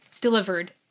delivered